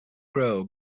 grow